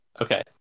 Okay